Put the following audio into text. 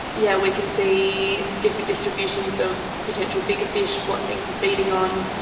yeah we can see different distributions of potential bigger fish, what things are feeding on,